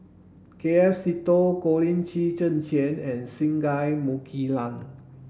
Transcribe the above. K F Seetoh Colin Qi Zhe Quan and Singai Mukilan